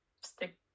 stick